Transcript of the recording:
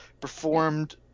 performed